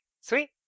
sweet